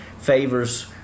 favors